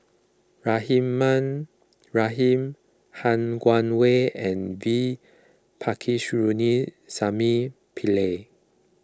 Rahimah Rahim Han Guangwei and V Pillai